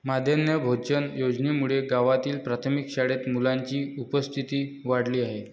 माध्यान्ह भोजन योजनेमुळे गावातील प्राथमिक शाळेत मुलांची उपस्थिती वाढली आहे